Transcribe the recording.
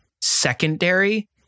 secondary